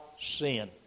sin